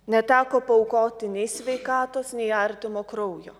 neteko paaukoti nei sveikatos nei artimo kraujo